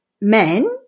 men